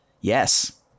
Yes